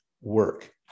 work